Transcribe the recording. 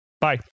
bye